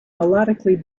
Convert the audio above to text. melodically